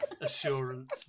assurance